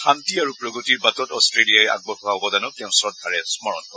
শান্তি আৰু প্ৰগতিৰ বাটত অট্টেলিযাই আগবঢ়োৱা অৱদানক তেওঁ শ্ৰদ্ধাৰে স্মৰণ কৰে